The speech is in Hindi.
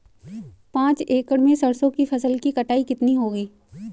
पांच एकड़ में सरसों की फसल की कटाई कितनी होगी?